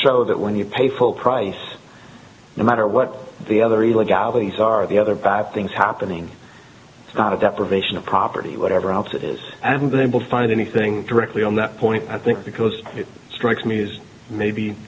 show that when you pay full price no matter what the other you like al these are the other bad things happening it's not a deprivation of property whatever else it is haven't been able to find anything directly on that point i think because it strikes me as maybe